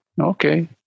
Okay